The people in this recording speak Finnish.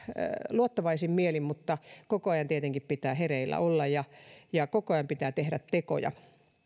luottavaisin mielin mutta koko ajan tietenkin pitää hereillä olla ja ja koko ajan pitää tehdä tekoja